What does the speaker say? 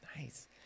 Nice